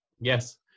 Yes